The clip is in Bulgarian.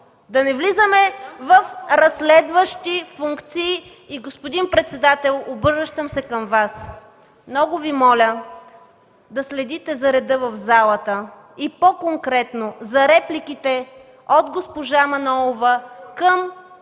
Да не влизаме в разследващи функции. Господин председател, обръщам се към Вас – много Ви моля да следите за реда в залата и по-конкретно за репликите от госпожа Манолова към